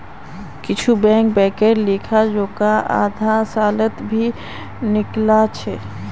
कुछु बैंक बैंकेर लेखा जोखा आधा सालत भी निकला छ